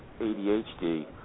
ADHD